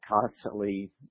constantly